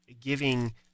giving